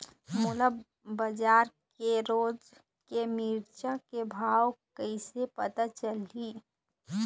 मोला बजार के रोज के मिरचा के भाव कइसे पता चलही?